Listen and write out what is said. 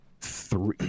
three